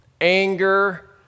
anger